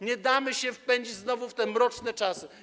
Nie damy się wpędzić znowu w te mroczne czasy.